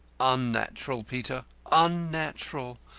unnatural, peter unnatural.